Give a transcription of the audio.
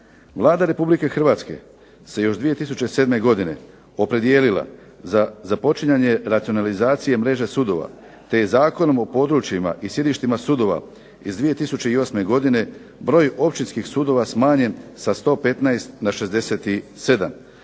Vlada Republike Hrvatske se još 2007. godine opredijelila za započinjanje racionalizacije mreže sudova, te je Zakonom o područjima i sjedištima sudova iz 2008. godine broj općinskih sudova smanjen sa 115 na 67, a